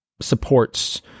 supports